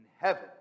heaven